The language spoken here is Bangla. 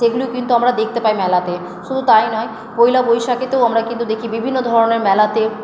সেগুলোও কিন্তু আমরা দেখতে পাই মেলাতে শুধু তাই নয় পয়লা বৈশাখেতেও আমরা কিন্তু দেখি বিভিন্ন ধরনের মেলাতে